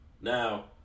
Now